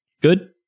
good